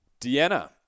Deanna